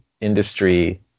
industry